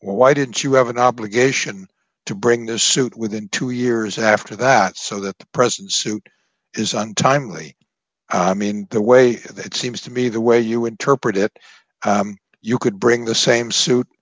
why didn't you have an obligation to bring the suit within two years after that so that the present suit is untimely i mean the way it seems to be the way you interpret it you could bring the same suit